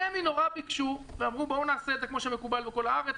רמ"י נורא ביקשו ואמרו: בואו נעשה את זה כמו שמקובל בכל הארץ,